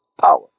Power